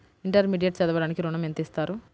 Intermediate చదవడానికి ఋణం ఎంత ఇస్తారు?